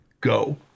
go